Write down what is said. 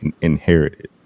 inherited